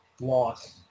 loss